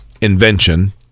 invention